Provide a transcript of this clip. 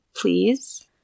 please